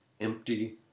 empty